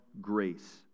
grace